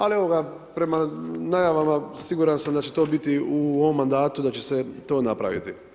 Ali, evo ga, prema najavama, siguran sam da će to biti u ovom mandatu, da će se to napraviti.